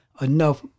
enough